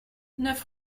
neuf